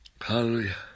Hallelujah